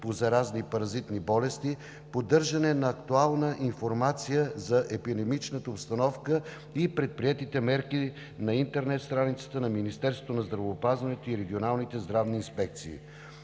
по заразни и паразитни болести; поддържане на актуална информация за епидемичната обстановка и предприетите мерки на интернет страниците на Министерството на здравеопазването и регионалните здравни инспекции.